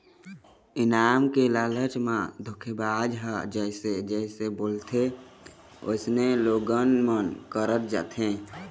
इनाम के लालच म धोखेबाज ह जइसे जइसे बोलथे वइसने लोगन मन करत जाथे